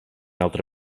altre